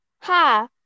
Ha